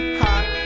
hot